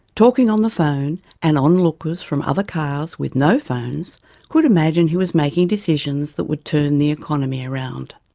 talking on the phone and onlookers from other cars with no phones could imagine he was making decisions that would turn the economy around.